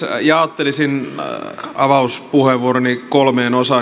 jaottelisin avauspuheenvuoroni kolmeen osaan